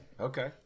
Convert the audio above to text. Okay